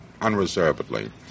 unreservedly